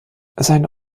sein